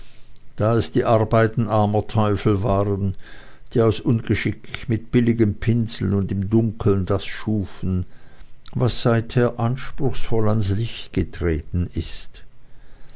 da es die arbeiten armer teufel waren die aus ungeschick mit billigem pinsel und im dunkeln das schufen was seither anspruchsvoll ins licht getreten ist